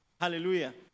Hallelujah